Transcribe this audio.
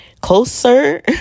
closer